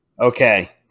Okay